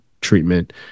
treatment